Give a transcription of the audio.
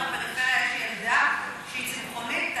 יש לי ילדה שהיא צמחונית.